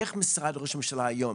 איך משרד ראש הממשלה היום,